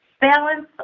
balance